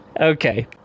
Okay